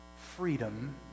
freedom